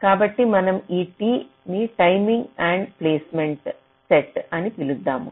కాబట్టి మనం ఈ T ని టైమింగ్ ఎండ్ పాయింట్స్ సెట్ని సూచిస్తాము